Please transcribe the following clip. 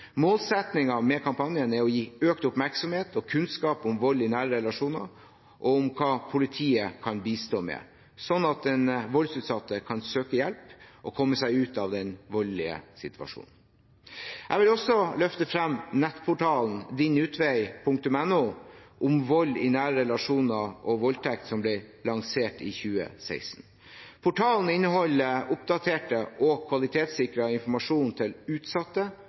Målsettingen med kampanjen er å gi økt oppmerksomhet og kunnskap om vold i nære relasjoner, og om hva politiet kan bistå med, sånn at den voldsutsatte kan søke hjelp og komme seg ut av den voldelige situasjonen. Jeg vil også løfte frem nettportalen dinutvei.no, om vold i nære relasjoner og voldtekt, som ble lansert i 2016. Portalen inneholder oppdatert og kvalitetssikret informasjon til utsatte,